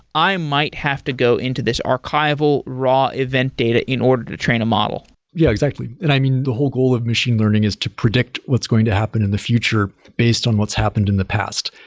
i might have to go into this archival, raw event data in order to train a model yeah, exactly. and i mean, the whole goal of machine learning is to predict what's going to happen in the future based on what's happened in the past.